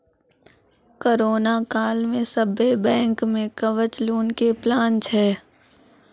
corona काल मे सभ्भे बैंक मे कवच लोन के प्लान छै